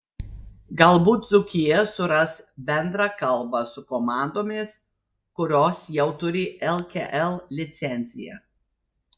galbūt dzūkija suras bendrą kalbą su komandomis kurios jau turi lkl licenciją